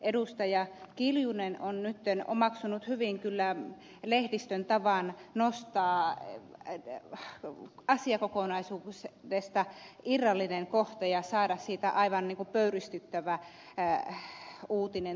anneli kiljunen on nyt omaksunut hyvin lehdistön tavan nostaa asiakokonaisuudesta irrallinen kohta ja saada siitä aivan pöyristyttävä uutinen